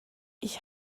ich